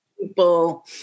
people